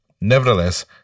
nevertheless